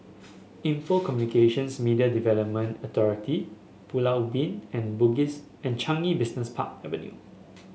Info Communications Media Development Authority Pulau Ubin and Changi Business Park Avenue